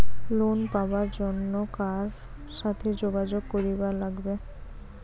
Loan পাবার জন্যে কার সাথে যোগাযোগ করিবার লাগবে?